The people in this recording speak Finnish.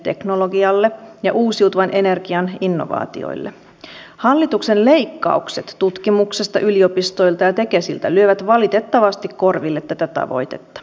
työ ja elinkeinoministeriön hallinnonala on se hallinnonala joka ratkaisee suomen nousun niin talouden kuin myöskin työllisyyden osalta